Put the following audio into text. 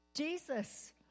Jesus